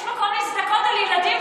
יש מקום להזדכות על ילדים?